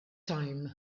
time